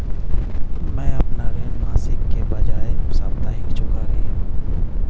मैं अपना ऋण मासिक के बजाय साप्ताहिक चुका रही हूँ